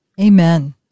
Amen